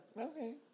Okay